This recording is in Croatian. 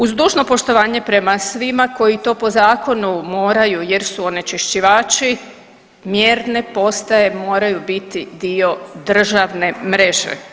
Uz dužno poštovanje prema svima koji to po zakonu moraju jer su onečišćivači, mjerne postaje moraju biti državne mreže.